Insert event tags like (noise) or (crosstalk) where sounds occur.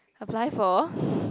apply for (breath)